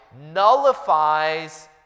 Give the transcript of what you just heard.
nullifies